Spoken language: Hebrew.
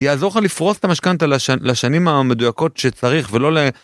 יעזור לך לפרוס את המשכנתא לשנים המדויקות שצריך ולא ל...